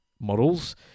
models